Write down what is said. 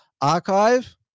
archive